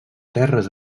terres